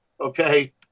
okay